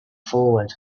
forward